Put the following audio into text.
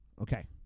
Okay